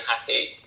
happy